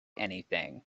anything